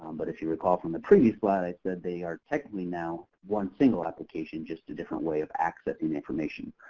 um but if you recall from the previous slide, i said they are technically now one single application, just a different way of accessing the information.